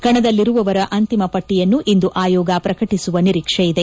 ಕಣದಲ್ಲಿರುವವರ ಅಂತಿಮ ಪಟ್ಟಿಯನ್ನು ಇಂದು ಆಯೋಗ ಪ್ರಕಟಿಸುವ ನಿರೀಕ್ಷೆಯಿದೆ